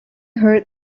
heard